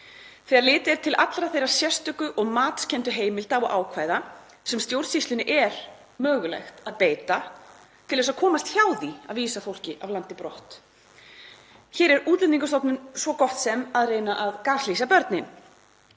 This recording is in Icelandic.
þegar litið er til allra þeirra sérstöku og matskenndu heimilda og ákvæða sem stjórnsýslunni er mögulegt að beita til þess að komast hjá því að vísa fólki af landi brott. Hér er Útlendingastofnun svo gott sem að reyna að gaslýsa börnin.